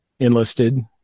enlisted